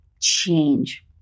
change